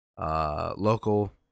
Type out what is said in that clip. local